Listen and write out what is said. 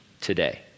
today